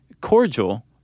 Cordial